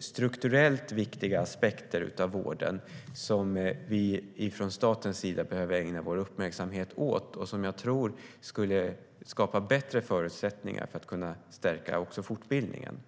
strukturellt viktiga aspekter av vården, som vi från statens sida behöver ägna vår uppmärksamhet åt och som jag tror skulle skapa bättre förutsättningar för att stärka fortbildningen.